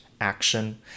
action